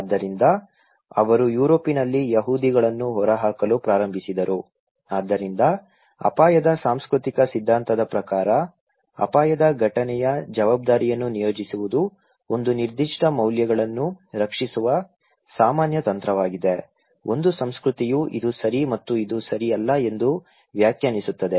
ಆದ್ದರಿಂದ ಅವರು ಯುರೋಪಿನಲ್ಲಿ ಯಹೂದಿಗಳನ್ನು ಹೊರಹಾಕಲು ಪ್ರಾರಂಭಿಸಿದರು ಆದ್ದರಿಂದ ಅಪಾಯದ ಸಾಂಸ್ಕೃತಿಕ ಸಿದ್ಧಾಂತದ ಪ್ರಕಾರ ಅಪಾಯದ ಘಟನೆಯ ಜವಾಬ್ದಾರಿಯನ್ನು ನಿಯೋಜಿಸುವುದು ಒಂದು ನಿರ್ದಿಷ್ಟ ಮೌಲ್ಯಗಳನ್ನು ರಕ್ಷಿಸುವ ಸಾಮಾನ್ಯ ತಂತ್ರವಾಗಿದೆ ಒಂದು ಸಂಸ್ಕೃತಿಯು ಇದು ಸರಿ ಮತ್ತು ಇದು ಸರಿ ಅಲ್ಲ ಎಂದು ವ್ಯಾಖ್ಯಾನಿಸುತ್ತದೆ